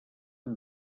amb